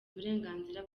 uburenganzira